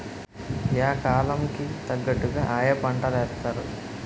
yeah కాలం కి తగ్గట్టుగా ఆయా పంటలేత్తారు